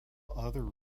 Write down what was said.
other